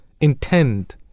intend